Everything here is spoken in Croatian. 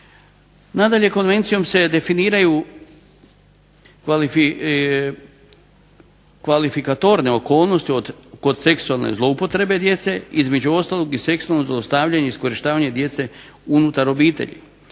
Nadalje, Konvencijom se definiraju kvalifikatorne okolnosti kod seksualne zloupotrebe djece između ostalog i seksualnog zlostavljanja i iskorištavanja djece unutar obitelji.